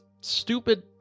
stupid